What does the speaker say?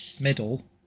middle